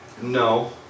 no